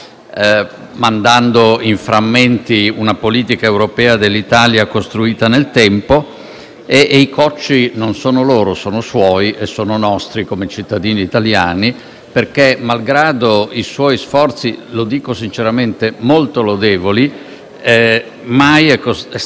e i "cocci" non sono loro ma sono suoi, e nostri come cittadini italiani, perché malgrado i suoi sforzi - lo dico sinceramente - molto lodevoli, mai è stata così in basso e così incompresa la politica estera del nostro Paese,